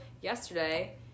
yesterday